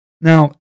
Now